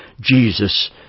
Jesus